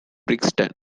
brixton